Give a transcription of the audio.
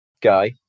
guy